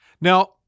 Now